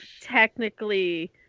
technically